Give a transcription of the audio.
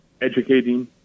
educating